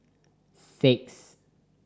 six